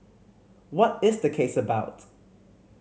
what is the case about